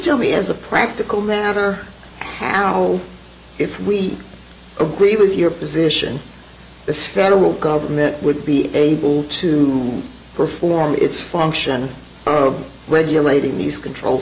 tell me as a practical matter and hold if we agree with your position the federal government would be able to perform its function of regulating these controlled